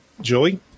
Joey